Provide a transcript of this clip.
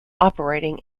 operating